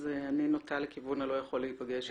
אז אני נוטה לכיוון לא יכול להיפגש איתו.